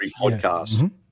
podcast